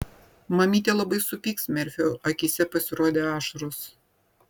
mamytė labai supyks merfio akyse pasirodė ašaros